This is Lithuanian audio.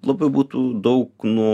labai būtų daug nu